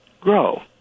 grow